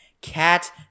Cat